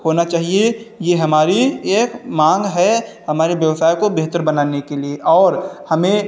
होना चाहिए ये हमारी एक मांग है हमारे व्यवसाय को बेहतर बनाने के लिए और हमें